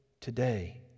today